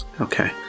Okay